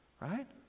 right